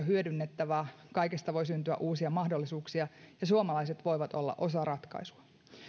hyödynnettävää kaikesta voi syntyä uusia mahdollisuuksia ja suomalaiset voivat olla osa ratkaisua